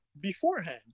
beforehand